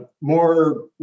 more